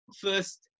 first